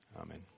Amen